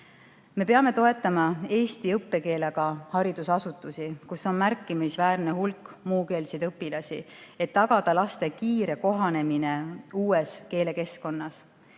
Me peame toetama eesti õppekeelega haridusasutusi, kus on märkimisväärne hulk muukeelseid õpilasi, et tagada laste kiire kohanemine uues keelekeskkonnas.